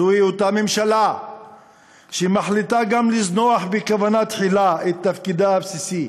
זוהי אותה ממשלה שמחליטה גם לזנוח בכוונה תחילה את תפקידה הבסיסי